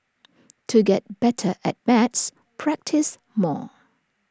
to get better at maths practise more